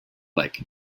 like